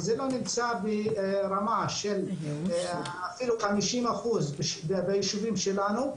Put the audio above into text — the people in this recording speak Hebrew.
וזה לא נמצא ברמה של אפילו 50 אחוזים בישובים שלנו,